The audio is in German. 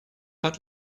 hat